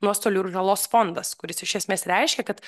nuostolių ir žalos fondas kuris iš esmės reiškia kad